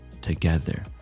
together